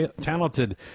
talented